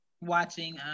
watching